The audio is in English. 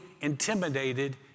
intimidated